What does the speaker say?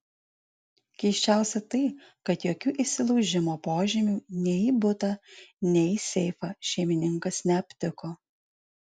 keisčiausia tai kad jokių įsilaužimo požymių nei į butą nei į seifą šeimininkas neaptiko